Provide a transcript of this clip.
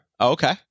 Okay